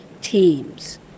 teams